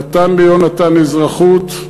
נתן ליונתן אזרחות,